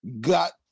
got